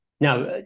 Now